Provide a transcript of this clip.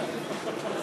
מפסיד עכשיו?